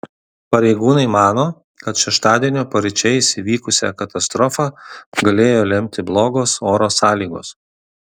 pareigūnai mano kad šeštadienio paryčiais įvykusią katastrofą galėjo lemti blogos oro sąlygos